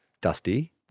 Dusty